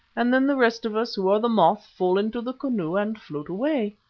and then the rest of us, who are the moth, fall into the canoe and float away.